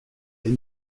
est